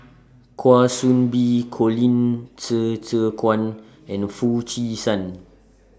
Kwa Soon Bee Colin Qi Zhe Quan and Foo Chee San